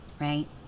right